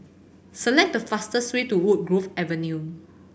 select the fastest way to Woodgrove Avenue